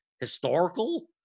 historical